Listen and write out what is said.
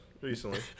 recently